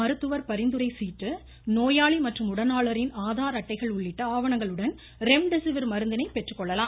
மருத்துவர் பரிந்துரை சீட்டு நோயாளி மற்றும் உடனாளரின் ஆதார் அட்டைகள் உள்ளிட்ட ஆவணங்களுடன் ரெம்டெசிவிர் மருந்தினை பெற்றுக்கொள்ளலாம்